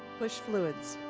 push fluids.